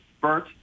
burnt